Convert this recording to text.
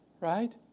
right